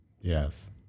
Yes